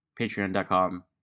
patreon.com